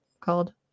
called